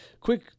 quick